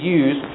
use